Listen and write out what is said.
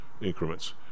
increments